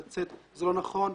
היא לא נכונה.